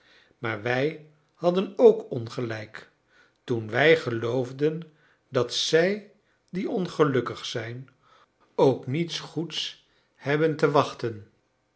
maar wij hadden ook ongelijk toen wij geloofden dat zij die ongelukkig zijn ook niets goeds hebben te wachten